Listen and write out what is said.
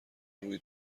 روی